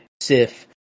Sif